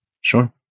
Sure